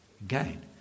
Again